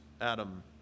Adam